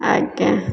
ଆଜ୍ଞା